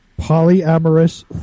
Polyamorous